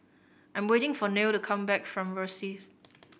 I am waiting for Neil to come back from Rosyth